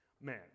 man